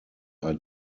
are